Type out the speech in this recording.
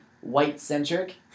white-centric